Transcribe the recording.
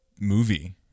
movie